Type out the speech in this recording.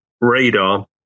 radar